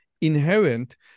inherent